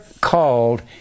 called